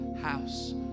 house